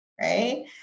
Right